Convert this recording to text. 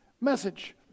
message